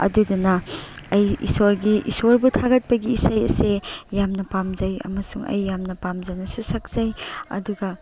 ꯑꯗꯨꯗꯨꯅ ꯑꯩ ꯏꯁꯣꯔꯒꯤ ꯏꯁꯣꯔꯕꯨ ꯊꯥꯒꯠꯄꯒꯤ ꯏꯁꯩ ꯑꯁꯦ ꯌꯥꯝꯅ ꯄꯥꯝꯖꯩ ꯑꯃꯁꯨꯡ ꯑꯩ ꯌꯥꯝꯅ ꯄꯥꯝꯖꯅꯁꯨ ꯁꯛꯆꯩ ꯑꯗꯨꯒ